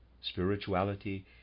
spirituality